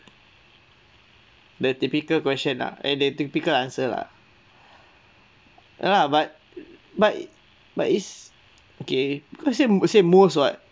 the typical question lah and the typical answer lah ya lah but but but it's okay because you say you say most [what]